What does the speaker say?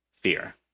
fear